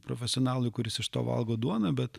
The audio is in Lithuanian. profesionalui kuris iš to valgo duoną bet